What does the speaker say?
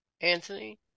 Anthony